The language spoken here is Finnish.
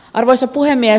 arvoisa puhemies